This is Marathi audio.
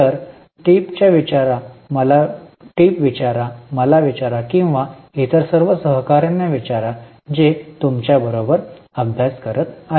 तर टीए च्या विचारा मला विचारा किंवा इतर सर्व सहकार्यांना विचारा जे तुमच्याबरोबर अभ्यास करत आहेत